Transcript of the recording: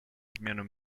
обмену